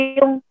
yung